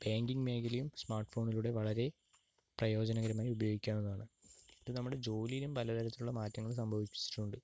banking മേഖലയും smart ഫോണിലൂടെ വളരെ പ്രയോജനകരമായി ഉപയോഗിക്കാവുന്നതാണ് ഇത് നമ്മുടെ ജോലിയിലും പലതരത്തിലുള്ള മാറ്റങ്ങൾ സംഭവിപ്പിച്ചിട്ടുണ്ട്